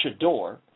chador